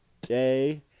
day